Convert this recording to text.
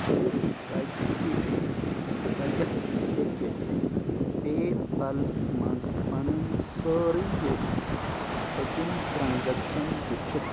یہِ کَتہِ کَتیٚتھ ہٮ۪کہِ پے پل منٛز پنٕنۍ سٲرٕے پٔتِم ٹرانشیکشن وٕچھِتھ؟